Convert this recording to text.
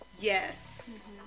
Yes